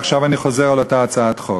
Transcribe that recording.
ועכשיו אני חוזר על אותה הצעת חוק.